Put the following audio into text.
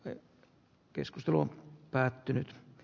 se keskustelu on päättynyt